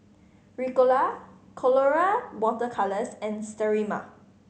Ricola Colora Water Colours and Sterimar